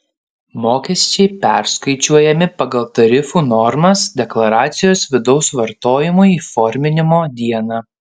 mokesčiai perskaičiuojami pagal tarifų normas deklaracijos vidaus vartojimui įforminimo dieną